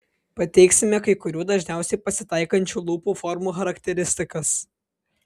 pateiksime kai kurių dažniausiai pasitaikančių lūpų formų charakteristikas